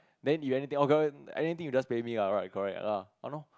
then you anything okay anything you just pay me ah right correct lah [anor]